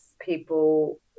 people